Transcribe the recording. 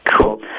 Cool